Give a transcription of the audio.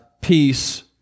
peace